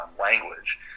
language